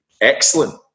excellent